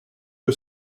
que